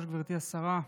היושבת-ראש, גברתי השרה,